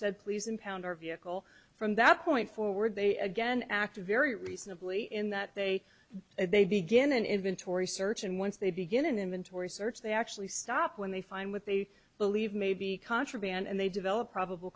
said please impound our vehicle from that point forward they again acted very reasonably in that they they begin an inventory search and once they begin an inventory search they actually stop when they find what they believe may be contraband and they develop probable